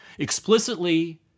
Explicitly